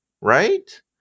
right